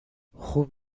خوب